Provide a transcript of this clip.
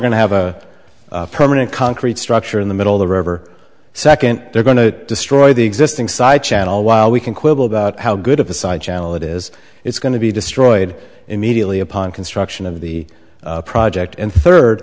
going to have a permanent concrete structure in the middle of the river second they're going to destroy the existing sites and all while we can quibble about how good of a side channel that is it's going to be destroyed immediately upon construction of the project and third